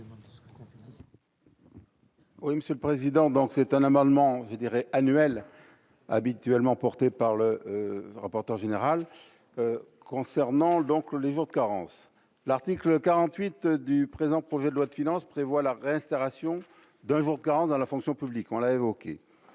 Oui, Monsieur le Président, donc c'est un amendement qui dirait annuelle habituellement portés par le rapporteur général concernant donc le jour de carence, l'article 48 du présent projet de loi de finances prévoit la restauration d'un jour carence dans la fonction publique, on l'a évoqué,